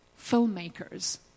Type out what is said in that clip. filmmakers